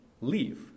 leave